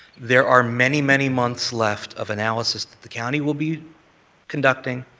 there are many, many months left of analysis the county will be conducting.